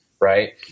right